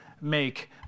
make